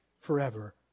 forever